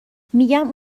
میگم